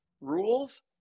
rules